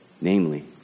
namely